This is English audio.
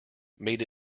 made